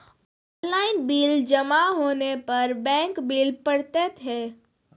Online bill जमा होने पर बैंक बिल पड़तैत हैं?